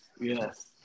yes